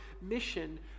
mission